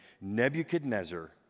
Nebuchadnezzar